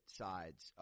sides